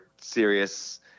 serious